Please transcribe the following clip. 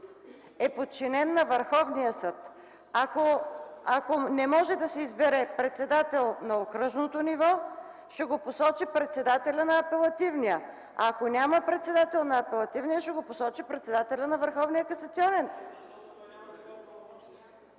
е подчинен на Върховния съд. (Реплики от КБ.) Ако не може да се избере председател на окръжно ниво, ще го посочи председателят на апелативния, а ако няма председател на апелативния, ще го посочи председателят на Върховния касационен